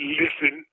listen